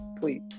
Please